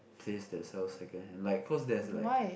place that sell secondhand like cause there's like